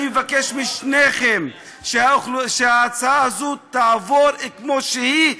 אני מבקש משניכם שההצעה הזאת תעבור כמו שהיא.